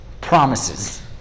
promises